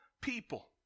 people